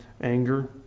anger